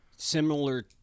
Similar